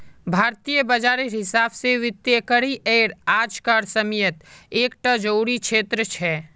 भारतीय बाजारेर हिसाब से वित्तिय करिएर आज कार समयेत एक टा ज़रूरी क्षेत्र छे